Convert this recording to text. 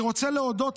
אני רוצה להודות,